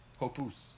Hopus